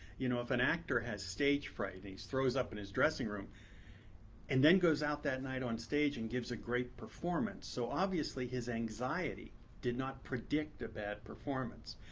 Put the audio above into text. you know if an actor has stage fright and he throws up in his dressing room and then goes out that night on stage and gives a great performance, so obviously his anxiety did not predict a bad performance.